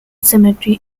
cemetery